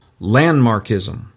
Landmarkism